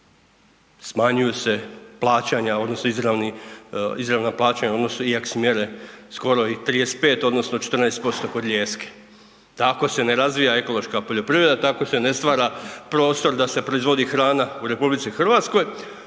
odnosno izravna plaćanja iako su mjere skoro i 35 odnosno 14% kod lijeske. Tako se ne razvija ekološka poljoprivreda, tako se ne stvara prostor da se proizvodi hrana u RH a evo